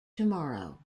tomorrow